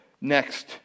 next